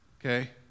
Okay